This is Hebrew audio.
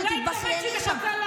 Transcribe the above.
היא מחכה לך שתתבכייני שם.